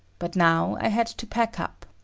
but now i had to pack up.